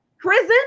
prison